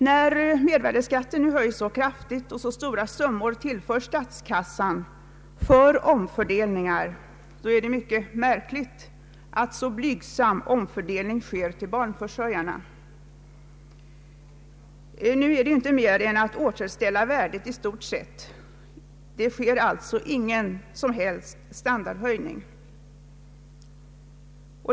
När mervärdeskatten nu höjs kraftigt och stora summor tillföres statskassan för omfördelningar, är det myc ket märkligt att barnförsörjarna får en så blygsam del av denna omfördelning. Det är inte mer än att realvärdet i stort sett blir återställt, ingen standardhöjning har skett.